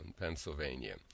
Pennsylvania